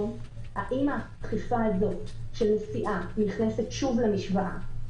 האם האכיפה הזאת של נסיעה נכנסת שוב למשוואה.